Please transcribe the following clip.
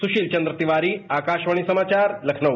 सुशील चन्द्र तिवारी आकाशवाणी समाचार लखनऊ